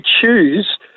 choose